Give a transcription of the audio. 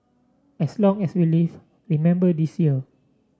as long as we live remember this year